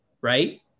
right